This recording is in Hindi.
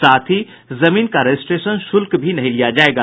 साथ ही जमीन का रजिस्ट्रेशन शुल्क भी नहीं लिया जायेगा